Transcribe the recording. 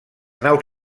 naus